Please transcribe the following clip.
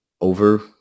over